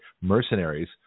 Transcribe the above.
mercenaries